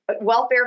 welfare